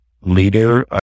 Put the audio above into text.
leader